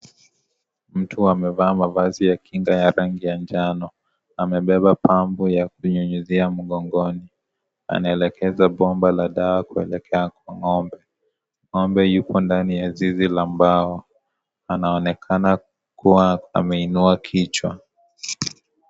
mtu amevaa mavazi ya kinga ya rangi ya njano. Amebeba pampu ya kunyunyizia mgongoni. Anaelekeza bomba la dawa kuelekea kwa ng'ombe. Ng'ombe yuko ndani ya zizi la mbao. Anaonekana kuwa ameinua kichwa.